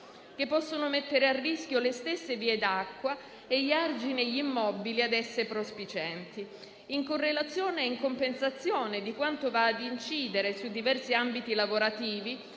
che possono mettere a rischio le stesse vie d'acqua e gli argini e gli immobili a esse prospicienti. In correlazione e in compensazione alle conseguenze di tali divieti su diversi ambiti lavorativi,